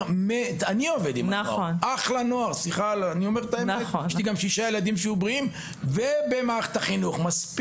עובד עם נוער וגם אבא לשישה ילדים וחושב שצריך